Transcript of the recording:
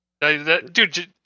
Dude